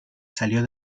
salió